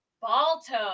Balto